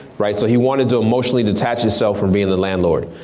right, so he wanted to emotionally detach himself from being the landlord.